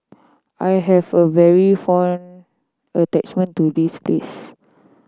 I have a very fond attachment to this place